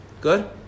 Good